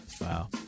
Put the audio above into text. Wow